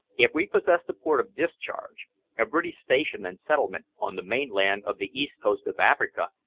if we possessed a port of discharge a british station and settlement on the mainland of the east coast of africa,